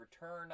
Return